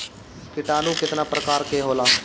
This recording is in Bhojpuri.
किटानु केतना प्रकार के होला?